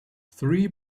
three